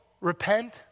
repent